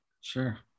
Sure